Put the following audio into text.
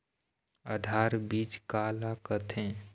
आधार बीज का ला कथें?